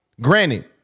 Granted